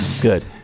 Good